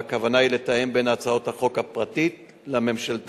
והכוונה היא לתאם בין הצעת החוק הפרטית לממשלתית.